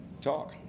talk